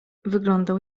wyglądał